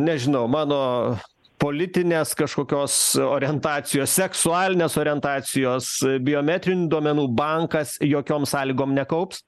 nežinau mano politinės kažkokios orientacijos seksualinės orientacijos biometrinių duomenų bankas jokiom sąlygom nekaups